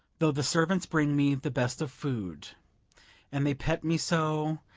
though the servants bring me the best of food and they pet me so,